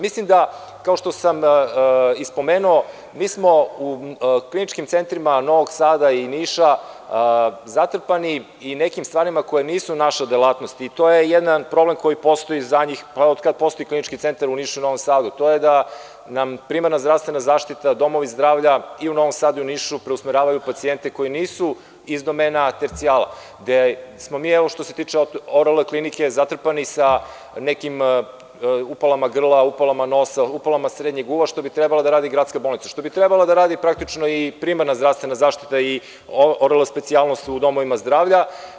Mislim da, kao što sam spomenuo, mi smo u kliničkim centrima Novog Sada i Niša zatrpani i nekim stvarima koje nisu naša delatnost i to je jedan problem koji postoji od kada postoji klinički centar u Nišu i Novom Sadu, a to je da nam primarna zdravstvena zaštita, domovi zdravlja u Novom Sadu i Nišu preusmeravaju pacijente koji nisu iz domena tercijala, gde smo mi, što se tiče ORL klinike, zatrpani sa nekim upalama grla, upalama nosa, upalama srednjeg uva, što bi trebala da radi gradska bolnica, što bi trebala da radi primarna zdravstvena zaštita i ORL specijalnost u domovima zdravlja.